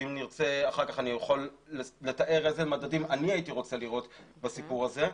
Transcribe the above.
שאחר כך אוכל לתאר איזה מדדים אני הייתי רוצה לראות בסיפור הזה,